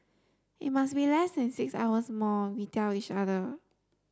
it must be less than six hours more we tell each other